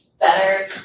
better